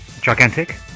gigantic